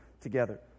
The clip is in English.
together